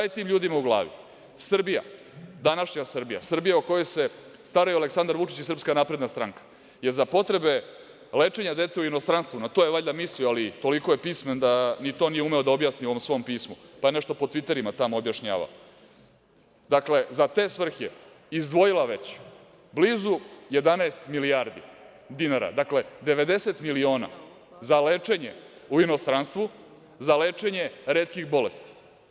Srbija, današnja Srbija, Srbija o kojoj se staraju Aleksandar Vučić i SNS je za potrebe lečenja dece u inostranstvu, na to je valjda mislio, ali toliko je pismen da ni to nije umeo da objasni u ovom svom pismu, pa nešto po tviterima tamo objašnjava, za te svrhe izdvojila je već blizu 11 milijardi dinara, dakle 90 miliona za lečenje u inostranstvu, za lečenje retkih bolesti.